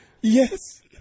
Yes